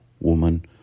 woman